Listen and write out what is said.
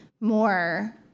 more